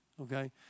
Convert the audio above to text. okay